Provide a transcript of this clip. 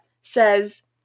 says